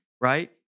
right